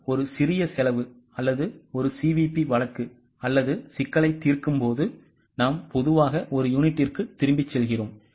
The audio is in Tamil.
நாம் ஒரு சிறிய செலவு அல்லது ஒரு CVP வழக்கு அல்லது சிக்கலைத் தீர்க்கும்போது நாம் பொதுவாக ஒரு யூனிட்டுக்குத் திரும்பிச் செல்கிறோம்